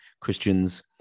Christians